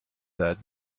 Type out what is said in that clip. said